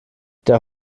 der